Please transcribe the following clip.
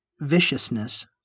viciousness